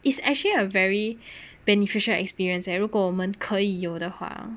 is actually a very beneficial experience 如果我们可以有的话